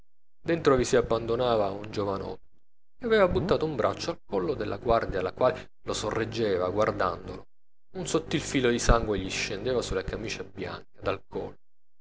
dentro vi si abbandonava un giovanotto che aveva buttato un braccio al collo della guardia la quale lo sorreggeva guardandolo un sottil filo di sangue gli scendeva sulla camicia bianca dal